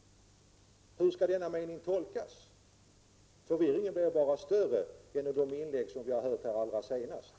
Hur skall denna mening tolkas? Av de inlägg vi har hört här senast blir förvirringen bara större.